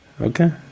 okay